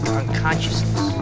unconsciousness